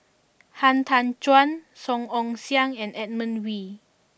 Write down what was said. Han Tan Juan Song Ong Siang and Edmund Wee